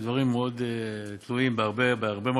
אלה דברים שתלויים מאוד בהרבה מרכיבים.